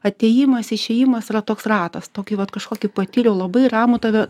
atėjimas išėjimas yra toks ratas tokį vat kažkokį patyriau labai ramų tave